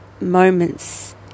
moments